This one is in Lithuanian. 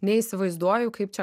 neįsivaizduoju kaip čia